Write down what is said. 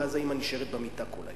ואז האמא נשארת במיטה כל היום.